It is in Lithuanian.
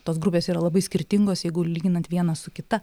tos grupės yra labai skirtingos jeigu ir lyginant vieną su kita